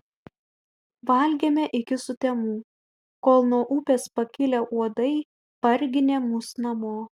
valgėme iki sutemų kol nuo upės pakilę uodai parginė mus namo